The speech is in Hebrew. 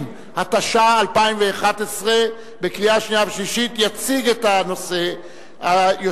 26) עבר בקריאה שלישית וייכנס לספר החוקים של מדינת ישראל.